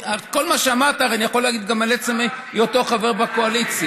כל מה שאמרת הרי אני יכול להגיד על עצם היותו חבר בקואליציה.